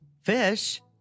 Fish